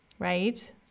right